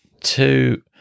two